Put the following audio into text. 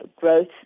growth